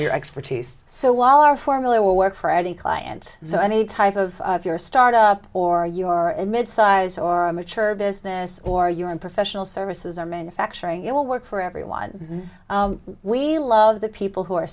your expertise so while our formula will work for any client so any type of your start up or your in midsize or a mature business or you're in professional services or manufacturing it will work for everyone we love the people who are